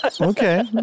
Okay